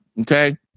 okay